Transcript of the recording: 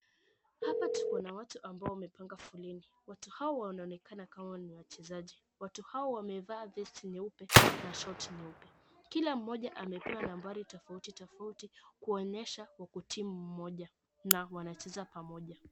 Hapa tukona watu ambao wamepanga foleni. Watu hawa wanaonekana kama ni wachezaji. Watu hawa wamevaa vesti nyeupe na shoti nyeupe. Kila mmoja amepewa nambari tofauti tofauti kuonyesha wako timu moja na wanacheza pamoja.